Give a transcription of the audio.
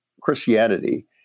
Christianity